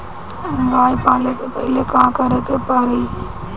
गया पाले से पहिले का करे के पारी?